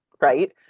right